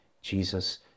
jesus